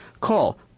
Call